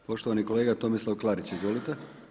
Poštovani kolega Tomislav Klarić, izvolite.